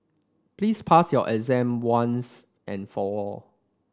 please pass your exam once and for all